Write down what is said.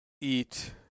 eat